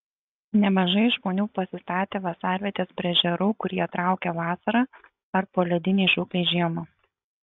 nemažai žmonių pasistatė vasarvietes prie ežerų kur jie traukia vasarą ar poledinei žūklei žiemą